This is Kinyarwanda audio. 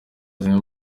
zimwe